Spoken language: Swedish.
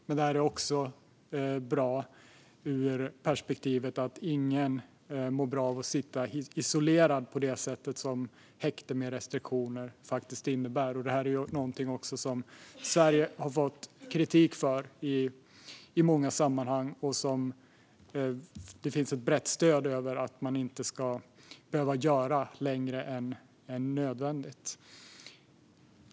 Men det är också bra ur perspektivet att ingen mår bra av att sitta isolerad på det sätt som häkte med restriktioner faktiskt innebär. Det här är också någonting som Sverige har fått kritik för i många sammanhang och något som det finns ett brett stöd för att man inte ska behöva göra längre än nödvändigt.